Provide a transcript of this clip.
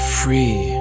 free